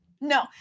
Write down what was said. no